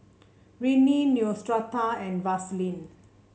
Rene Neostrata and Vaselin